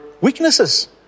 weaknesses